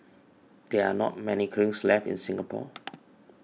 there are not many kilns left in Singapore